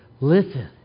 listen